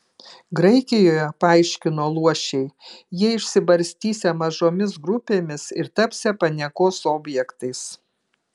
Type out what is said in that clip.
graikijoje paaiškino luošiai jie išsibarstysią mažomis grupėmis ir tapsią paniekos objektais